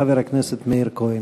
חבר הכנסת מאיר כהן.